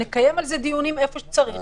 נקיים דיונים איפה שצריך,